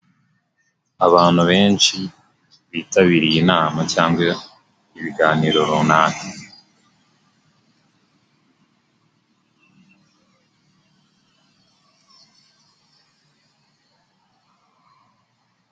Abantu benshi bitabiriye inama cyangwa ibiganiro runaka.